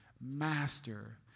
Master